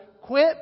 Quit